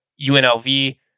UNLV